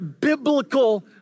biblical